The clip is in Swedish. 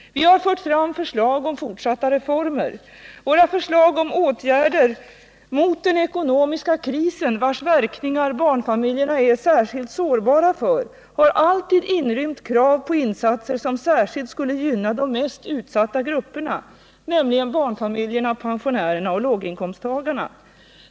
Vi har fört fram förslag om fortsatta reformer. Våra förslag och åtgärder mot den ekonomiska krisen, vars verkningar barnfamiljerna är särskilt sårbara för, har alltid inrymt krav på insatser som särskilt skulle gynna de mest utsatta grupperna: barnfamiljerna, pensionärerna och låginkomsttagarna.